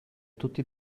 tutti